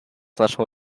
naszą